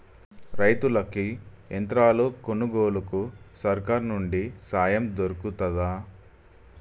రైతులకి యంత్రాలు కొనుగోలుకు సర్కారు నుండి సాయం దొరుకుతదా?